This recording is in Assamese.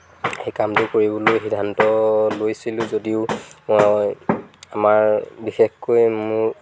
সেই কামটো কৰিবলৈ সিদ্ধান্ত লৈছিলোঁ যদিও মই আমাৰ বিশেষকৈ মোৰ